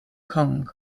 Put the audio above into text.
kong